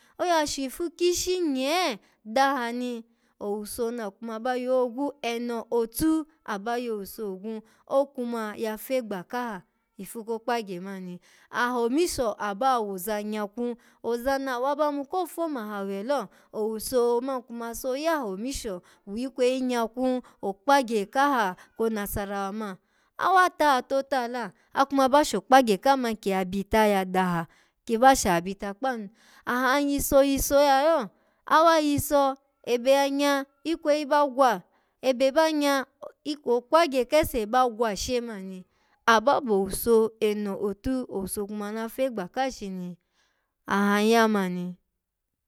Oya shu ifu kishi nye daha ni, owuso na kuma ba yogwu eno otu abayo owuso ogwu, okuma ya fegba kaha ifu kokpagye mani aha omisho aba woza nyakwu oza nawa ba yimu ko fa maha we lo, owuso mani kuma so yaha omisho wikweyi nyakwu okpagye kaha ko nasarawa mani awa taha tota la akuma ba shokpagye kaha ki ya bita ya daha, ki ba shaha bita kpanu ahan nyiso yiso yayo awa yiso ebe ya nya ikweyi ba gwa, ebe ba nya, ikw-okpagye kese ba gwa she mani aba bo owuso eno otu owusa kuma na fegba ka shini ahan ya mani.